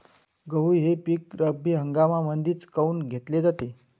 गहू हे पिक रब्बी हंगामामंदीच काऊन घेतले जाते?